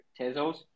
Tezos